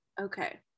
okay